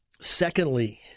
Secondly